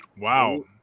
Wow